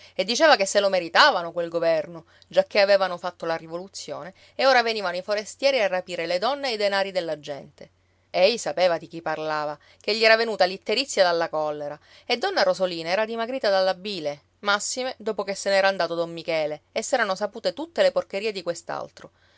e diceva che se lo meritavano quel governo giacché avevano fatto la rivoluzione e ora venivano i forestieri a rapire le donne e i denari della gente ei sapeva di chi parlava che gli era venuta l'itterizia dalla collera e donna rosolina era dimagrata dalla bile massime dopo che se n'era andato don michele e s'erano sapute tutte le porcherie di